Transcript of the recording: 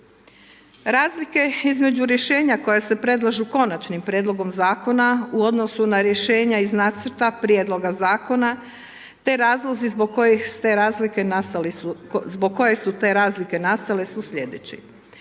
Razlike između rješenja koja se predlažu konačnim prijedlogom zakona u odnosu na rješenja iz nacrta prijedloga zakona te razlozi zbog kojih su te razlike nastale su sljedeći.